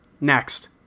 Next